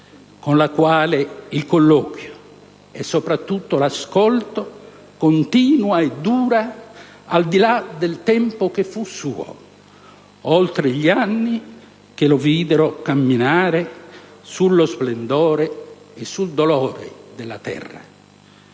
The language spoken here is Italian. con la quale il colloquio, e soprattutto l'ascolto, continua e dura al di là del tempo che fu suo, oltre gli anni che lo videro camminare sullo splendore e sul dolore della terra».